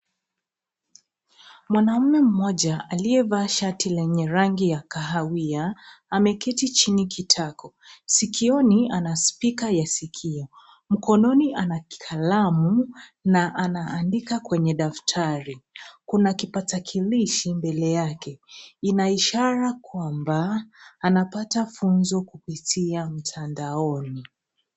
Mwanaume mmoja aliyevaa shati lenye rangi ya kahawia ameketi chini kitako. Sikioni ana spika ya sikio . Mkononi ana kalamu na anaandika kwenye daftari. Kuna kitapakilishi mbele yake. Ina ishara kwamba, anapata funzo kupitia mtandaoni.